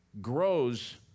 grows